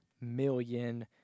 million